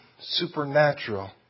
supernatural